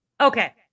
Okay